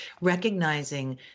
recognizing